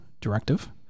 directive